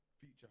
Feature